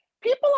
people